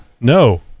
No